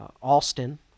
Alston